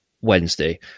Wednesday